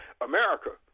America